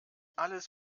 alles